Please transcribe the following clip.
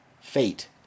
fate